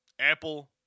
Apple